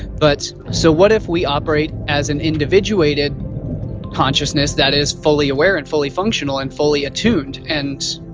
but, so what if we operate as an individuated consciousness that is fully aware and fully functional and fully attuned and